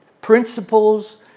principles